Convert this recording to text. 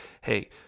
Hey